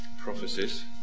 prophecies